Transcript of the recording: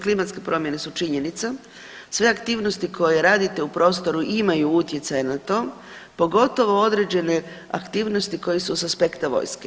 Klimatske promjene su činjenica, sve aktivnosti koje radite u prostoru imaju utjecaj na to, pogotovo određene aktivnosti koje su s aspekta vojske.